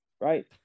right